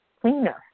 Cleaner